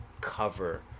cover